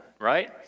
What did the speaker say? right